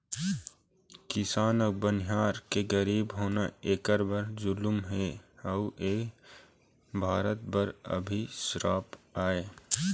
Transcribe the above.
किसान अउ बनिहार के गरीब होना एखर बर जुलुम हे अउ एह भारत बर अभिसाप आय